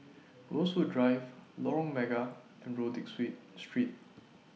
Rosewood Drive Lorong Mega and Rodyk Street Street